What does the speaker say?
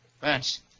Vance